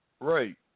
Right